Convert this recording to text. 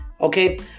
Okay